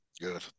Good